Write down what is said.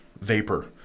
vapor